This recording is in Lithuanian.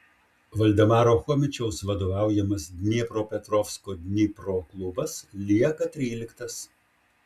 valdemaro chomičiaus vadovaujamas dniepropetrovsko dnipro klubas lieka tryliktas